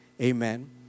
Amen